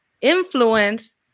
influence